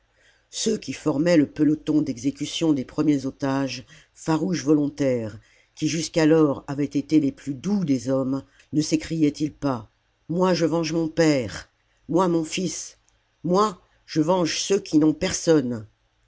ceux qui formaient le peloton d'exécution des premiers otages farouches volontaires qui jusqu'alors avaient été les plus doux des hommes ne sécriaient ils pas moi je venge mon père moi mon fils moi je venge ceux qui n'ont personne